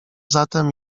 zatem